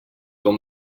com